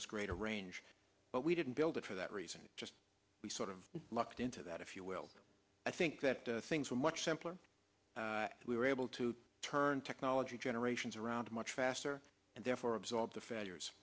us greater range but we didn't build it for that reason just the sort of locked into that if you will i think that things were much simpler we were able to turn technology generations around much faster and therefore absorb the failures